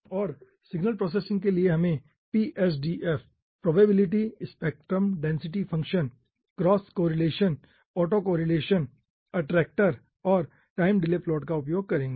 और signal processing के लिए हम PSDF probability spectrum density function cross correlation auto correlation attractor और टाइम डिले प्लॉट का उपयोग करेंगे